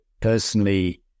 personally